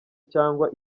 cyangwa